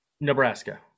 Nebraska